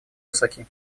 высоки